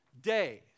days